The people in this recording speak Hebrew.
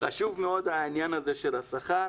חשוב מאוד העניין של השכר,